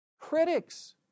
Critics